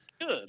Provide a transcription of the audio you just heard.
good